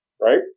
Right